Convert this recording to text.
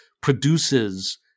produces